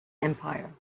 empire